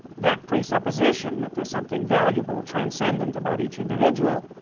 that presupposition that there is something valuable, transcendent about each individual